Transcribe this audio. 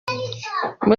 ubwo